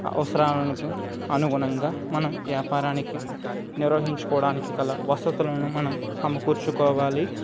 అవసరాలకు అనుగుణంగా మనం వ్యాపారానికి నిర్వహించుకోవడానికి గల వసతులను మనం సమకూర్చుకోవాలి